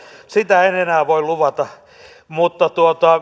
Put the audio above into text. sitä en enää voi luvata mutta